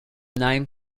name